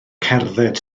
cerdded